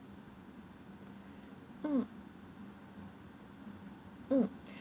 mm mm